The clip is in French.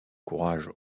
courage